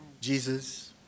Jesus